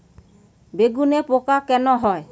বেগুনে পোকা কেন হয়?